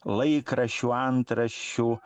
laikraščių antraščių